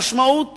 במשמעות